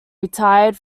retired